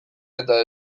eta